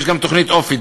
יש גם תוכנית אופ"י,